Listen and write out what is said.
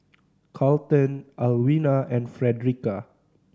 Carlton Alwina and Fredericka